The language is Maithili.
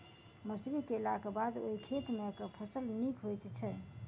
मसूरी केलाक बाद ओई खेत मे केँ फसल नीक होइत छै?